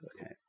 okay